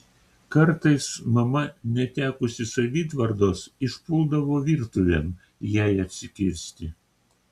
kartais mama netekusi savitvardos išpuldavo virtuvėn jai atsikirsti